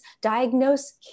diagnose